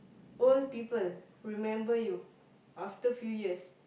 old people remember you after few years